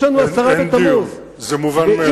יש לנו עשרה בטבת, אין דיון, זה מובן מאליו.